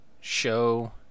show